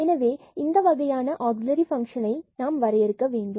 எனவே இந்த வகையான ஆக்சிலரி பங்க்ஷன்ஐ வரையறுக்க வேண்டும்